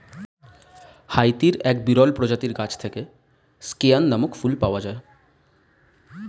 হাইতির এক বিরল প্রজাতির গাছ থেকে স্কেয়ান নামক ফুল পাওয়া যায়